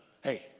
hey